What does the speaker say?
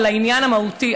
בעניין המהותי,